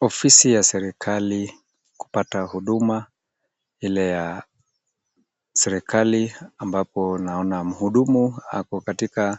Ofisi ya serikali kupata huduma, ile ya serikali ambapo naona mhudumu ako katika